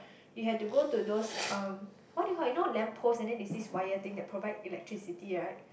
you have to go to those um what do you called it you know lamp post and then there is this wire thing that provide electricity right